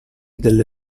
delle